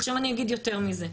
עכשיו אני אגיד יותר מזה,